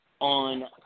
on